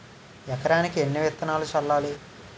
ఎకరానికి ఎన్ని విత్తనాలు చల్లాలి?